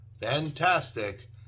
fantastic